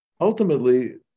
ultimately